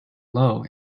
low